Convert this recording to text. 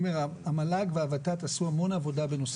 המל"ג והות"ת עשו המון עבודה בנושא